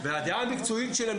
הדעה המקצועית שלהם,